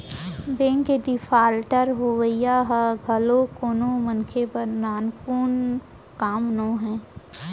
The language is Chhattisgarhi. बेंक के डिफाल्टर होवई ह घलोक कोनो मनसे बर नानमुन काम नोहय